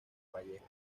vallejo